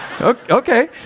Okay